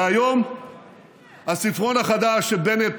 היום הספרון החדש שבנט,